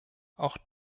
auch